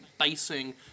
basing